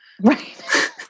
Right